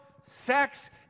sex